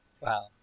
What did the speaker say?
Wow